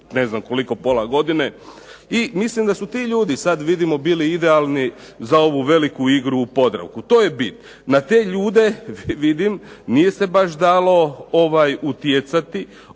ne znam koliko pola godine. I mislim da su ti ljudi, sad vidimo bili idealni za ovu veliku igru u Podravku. To je bit. Na te ljude, vidim, nije se baš dalo utjecati